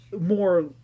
more